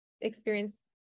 experience